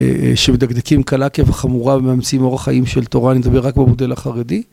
שמדקדקים קלה כבחמורה וממציאים אורח חיים של תורה, אני מדבר רק במודל החרדי.